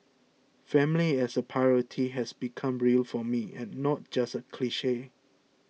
family as a priority has become real for me and not just a cliche